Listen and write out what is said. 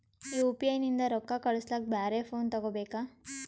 UPI ನಿಂದ ರೊಕ್ಕ ಕಳಸ್ಲಕ ಬ್ಯಾರೆ ಫೋನ ತೋಗೊಬೇಕ?